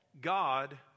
God